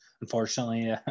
unfortunately